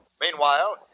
Meanwhile